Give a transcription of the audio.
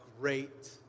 great